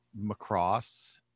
Macross